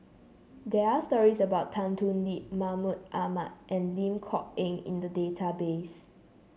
there are stories about Tan Thoon Lip Mahmud Ahmad and Lim Kok Ann in the database